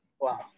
Wow